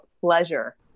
pleasure